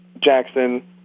Jackson